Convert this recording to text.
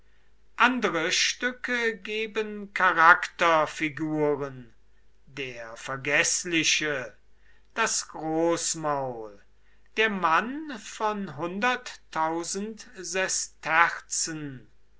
andere stücke geben charakterfiguren der vergeßliche das großmaul der mann von